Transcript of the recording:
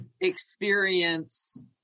experience